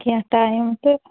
کینٛہہ ٹایم تہٕ